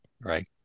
Right